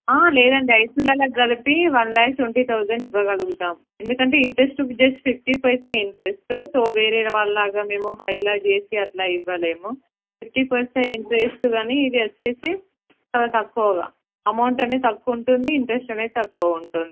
ఆ లేదండి ఐదు తులాలకి కలిపి వన్ ల్యాక్ ట్వెంటీ థౌజండ్ ఇవ్వగలుగుతాము ఎందుకంటే interest just fifty paise interest so వేరే వాళ్ళ లాగా మేము హైలా చేసి అలా ఇవ్వలేము ఫిఫ్టీ పైసే ఇంట్రెస్ట్ కాని ఇది వచ్చి చాలా తక్కువగా అమౌంట్ అనేది తక్కువ ఉంటుంది ఇంట్రెస్ట్ అనేది తక్కువ ఉంటుంది